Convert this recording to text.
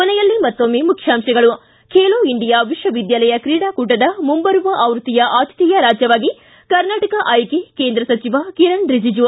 ಕೊನೆಯಲ್ಲಿ ಮತ್ತೊಮ್ಮೆ ಮುಖ್ಯಾಂಶಗಳು ಿ ಬೆಲೋ ಇಂಡಿಯಾ ವಿಶ್ವವಿದ್ಯಾಲಯ ಕ್ರೀಡಾಕೂಟದ ಮುಂಬರುವ ಆವೃತ್ತಿಯ ಆತಿಥೇಯ ರಾಜ್ಯವಾಗಿ ಕರ್ನಾಟಕ ಆಯ್ಕೆ ಕೇಂದ್ರ ಸಚಿವ ಕಿರಣ ರಿಜುಜು